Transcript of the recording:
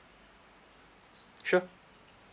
sure